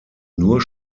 nur